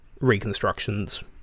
reconstructions